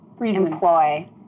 employ